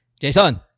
Jason